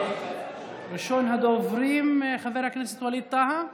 ראשון הדוברים, חבר הכנסת ווליד טאהא,